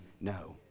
no